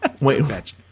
Wait